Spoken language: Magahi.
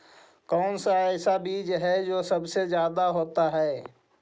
कौन सा ऐसा बीज है जो सबसे ज्यादा होता है?